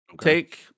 take